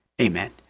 amen